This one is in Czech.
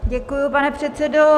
Děkuji, pane předsedo.